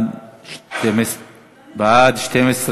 ההצעה להעביר את הנושא לוועדת הכספים נתקבלה.